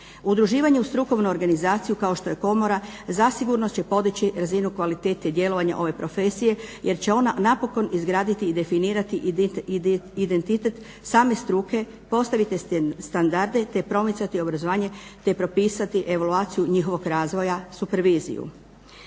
Udruživanje u strukovnu organizaciju kao što je Komora zasigurno će podići razinu kvalitete djelovanja ove profesije, jer će ona napokon izgraditi i definirati identitet same struke, postavite standarde, te promicati obrazovanje, te propisati evaluaciju njihovog razvoja, superviziju.